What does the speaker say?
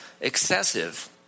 excessive